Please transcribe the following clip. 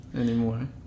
anymore